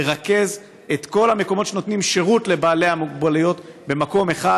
לרכז את כל המקומות שנותנים שירות לבעלי המוגבלויות במקום אחד.